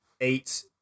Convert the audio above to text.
eight